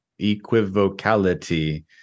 equivocality